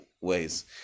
ways